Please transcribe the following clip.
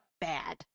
bad